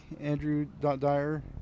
Andrew.Dyer